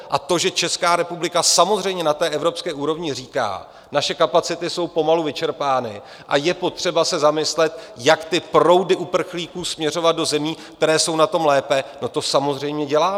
A to, že Česká republika samozřejmě na té evropské úrovni říká: naše kapacity jsou pomalu vyčerpány a je potřeba se zamyslet, jak ty proudy uprchlíků směřovat do zemí, které jsou na tom lépe to samozřejmě děláme.